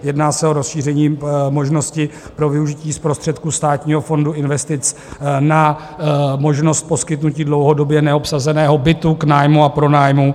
Jedná se o rozšíření možnosti pro využití z prostředků Státního fondu investic na možnost poskytnutí dlouhodobě neobsazeného bytu k nájmu a pronájmu.